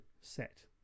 set